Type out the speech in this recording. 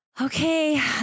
Okay